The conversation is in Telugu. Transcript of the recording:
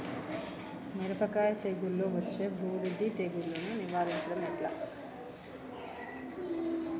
మిరపకాయ తెగుళ్లలో వచ్చే బూడిది తెగుళ్లను నివారించడం ఎట్లా?